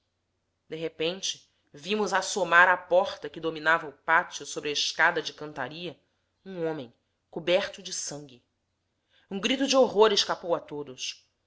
de repente vimos assomar à porta que dominava o pátio sobre a escada de cantaria um homem coberto de sangue um grito de horror escapou a todos